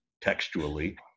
textually